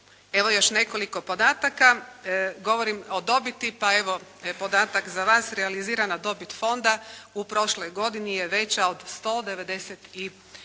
Evo još nekoliko podataka. Govorim o dobiti pa evo podatak za vas. Realizirana dobit fonda u prošloj godini je veća od 195